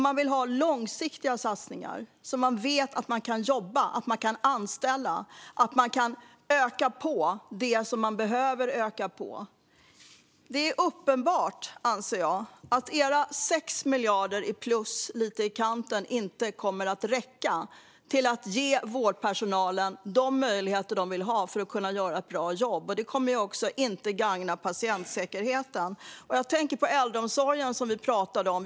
De vill ha långsiktiga satsningar så att de vet att de kan jobba, anställa och öka på det som de behöver öka på. Det är uppenbart, anser jag, att era 6 miljarder, plus lite i kanten, inte kommer att räcka till att ge vårdpersonalen de möjligheter som den vill ha för att kunna göra ett bra jobb. Det kommer inte att gagna patientsäkerheten. Jag tänker på äldreomsorgen som vi talade om.